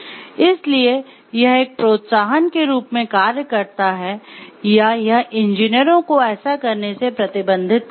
इसलिए यह एक प्रोत्साहन के रूप में कार्य करता है या यह इंजीनियरों को ऐसा करने से प्रतिबंधित करता है